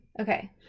Okay